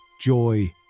joy